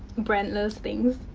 brand-less things.